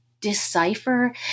decipher